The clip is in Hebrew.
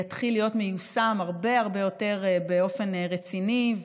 יתחיל להיות מיושם הרבה הרבה יותר באופן רציני,